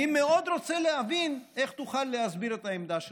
אני מאוד רוצה להבין איך תוכל להסביר את העמדה שלך.